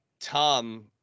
Tom